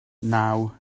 naw